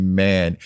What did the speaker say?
Amen